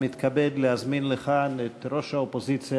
ומתכבד להזמין לכאן את ראש האופוזיציה,